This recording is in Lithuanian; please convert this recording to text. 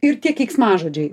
ir tie keiksmažodžiai